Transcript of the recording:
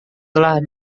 telah